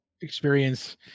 experience